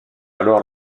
alors